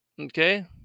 Okay